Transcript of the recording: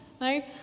No